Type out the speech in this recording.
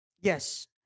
Yes